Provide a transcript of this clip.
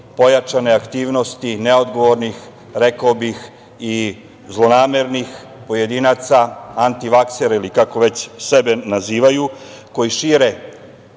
pojačane aktivnosti neodgovornih, rekao bih, i zlonamernih pojedinaca, antivaksera ili kako već sebe nazivaju, koji šire